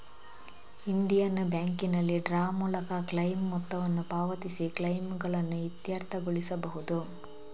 Indian ಬ್ಯಾಂಕಿನಲ್ಲಿ ಡ್ರಾ ಮೂಲಕ ಕ್ಲೈಮ್ ಮೊತ್ತವನ್ನು ಪಾವತಿಸಿ ಕ್ಲೈಮುಗಳನ್ನು ಇತ್ಯರ್ಥಗೊಳಿಸಬಹುದು